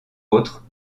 autres